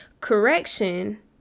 Correction